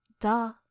Duh